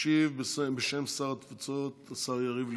ישיב בשם שר התפוצות השר יריב לוין.